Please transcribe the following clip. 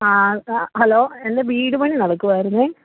ആ ഹലോ എൻ്റെ വീട് പണി നടക്കുകയായിരുന്നു